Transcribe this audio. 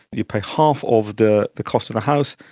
you pay half of the the cost of a house,